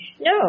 No